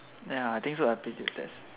ya I think so aptitude test